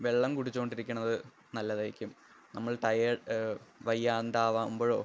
വെള്ളം കുടിച്ചോണ്ടിരിക്കണത് നല്ലതായിരിക്കും നമ്മള് ടയര് വയ്യാണ്ടാകുമ്പോളോ